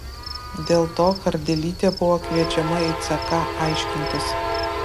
dėl to kardelytė buvo kviečiama į ck aiškintis